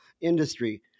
industry